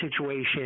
situation